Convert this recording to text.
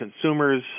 consumers